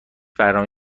برنامه